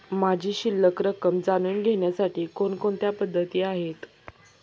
माझी शिल्लक रक्कम जाणून घेण्यासाठी कोणकोणत्या पद्धती आहेत?